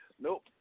Nope